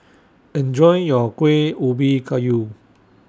Enjoy your Kueh Ubi Kayu